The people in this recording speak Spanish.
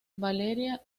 valeria